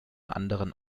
anderen